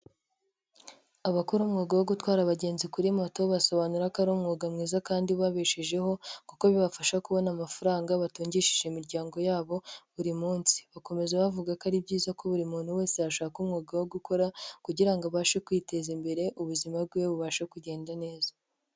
Abakora umwuga wo gutwara abagenzi kuri moto basobanura ko ari umwuga mwiza kandi ubabeshejeho kuko bibafasha kubona amafaranga batungishije imiryango yabo buri munsi, bakomeza bavuga ko ari byiza ko buri muntu wese yashaka umwuga wo gukora kugira ngo abashe kwiteza imbere ubuzima bwe bubashe kugenda neza.